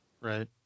right